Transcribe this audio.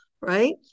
right